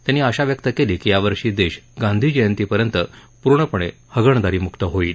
त्यांनी आशा व्यक्त केली की यावर्षी देश गांधीजयंती पर्यंत पूर्णपणे हगणदारी मुक्त होईल